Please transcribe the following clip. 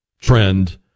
trend